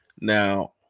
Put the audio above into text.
Now